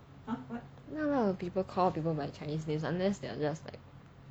not a lot of people call people by chinese names unless they are just like